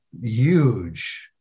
huge